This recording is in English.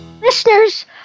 Listeners